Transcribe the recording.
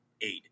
eight